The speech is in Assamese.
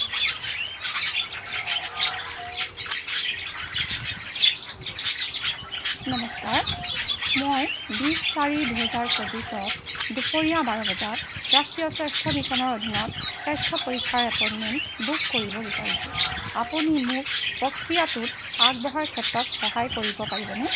নমস্কাৰ মই বিছ চাৰি দুহেজাৰ চৌবিছত দুপৰীয়া বাৰ বজাত ৰাষ্ট্ৰীয় স্বাস্থ্য মিছনৰ অধীনত স্বাস্থ্য পৰীক্ষাৰ এপইণ্টমেণ্ট বুক কৰিব বিচাৰিছোঁ আপুনি মোক প্ৰক্ৰিয়াটোত আগবঢ়াৰ ক্ষেত্ৰত সহায় কৰিব পাৰিবনে